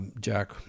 Jack